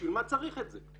בשביל מה צריך את זה.